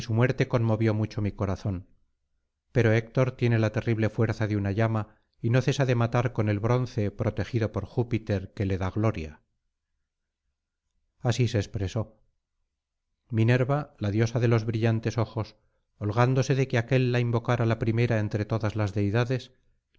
muerte conmovió mucho mi corazón pero héctor tiene la terrible fuerza de una llama y no cesa de matar con el bronce protegido por júpiter que le da gloria así se expresó minerva la diosa de los brillantes ojos holgándose de que aquél la invocara la primera entre todas las deidades